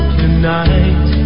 tonight